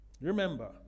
Remember